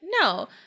no